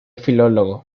filólogo